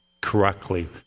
correctly